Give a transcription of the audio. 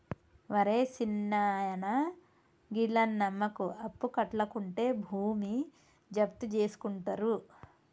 ఒరే సిన్నాయనా, గీళ్లను నమ్మకు, అప్పుకట్లకుంటే భూమి జప్తుజేసుకుంటరు